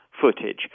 footage